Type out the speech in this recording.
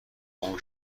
اون